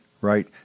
right